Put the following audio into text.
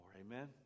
Amen